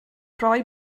rhoi